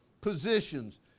positions